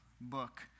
book